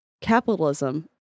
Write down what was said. capitalism